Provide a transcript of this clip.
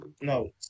No